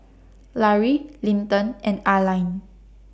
Lary Linton and Alline